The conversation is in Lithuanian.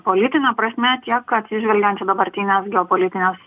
politine prasme tiek atsižvelgiant į dabartines geopolitines